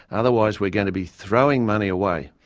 otherwise we are going to be throwing money away.